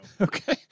Okay